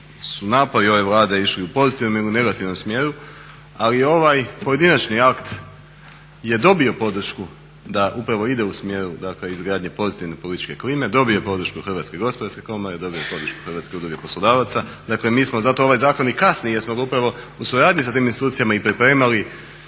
su napori ove Vlade išli u pozitivnom ili negativnom smjeru, ali ovaj pojedinačni akt je dobio podršku da upravo ide u smjeru dakle izgradnje pozitivne političke klime, dobio je podršku Hrvatske gospodarske komore, dobio je podršku Hrvatske udruge poslodavaca. Dakle, mi smo zato, ovaj zakon i kasni jer smo ga upravo u suradnji sa tim institucijama i pripremali,